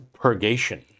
purgation